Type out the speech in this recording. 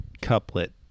couplet